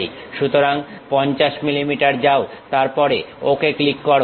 সুতরাং 50 মিলিমিটার যাও তারপরে ওকে ক্লিক করো